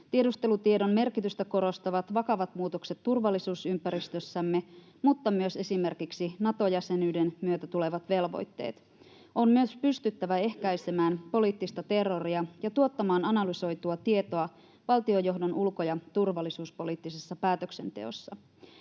Tiedustelutiedon merkitystä korostavat vakavat muutokset turvallisuusympäristössämme mutta myös esimerkiksi Nato-jäsenyyden myötä tulevat velvoitteet. On myös pystyttävä ehkäisemään poliittista terroria ja tuottamaan analysoitua tietoa valtionjohdon ulko- ja turvallisuuspoliittisessa päätöksenteossa.